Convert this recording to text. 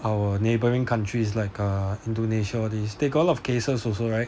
our neighbouring countries like err indonesia all these they got a lot of cases also right